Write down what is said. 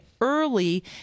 early